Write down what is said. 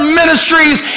ministries